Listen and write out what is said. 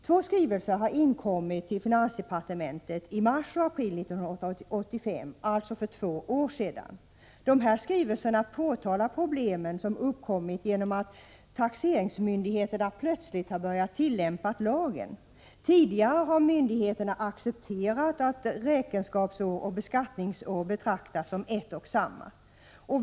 Två skrivelser i ärendet har inkommit till finansdepartementet —i mars och april 1985, alltså för två år sedan. I dessa skrivelser påtalas de problem som uppkommit på grund av att taxeringsmyndigheterna plötsligt börjat tillämpa lagen. Tidigare har myndigheterna accepterat att räkenskapsår och beskattningsår betraktas som ett och samma.